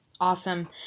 Awesome